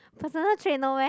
personal trait no meh